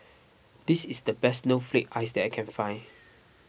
this is the best Snowflake Ice that I can find